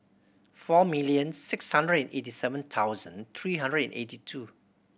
four million six hundred and eighty seven thousand three hundred and eighty two